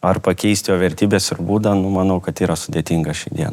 ar pakeist jo vertybes ir būdą nu manau kad yra sudėtinga šiai dienai